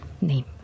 name